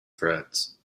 threats